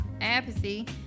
apathy